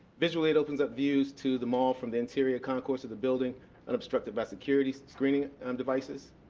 visually it opens up views to the mall from the interior concourse of the building unobstructed by security screening um devices,